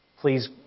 Please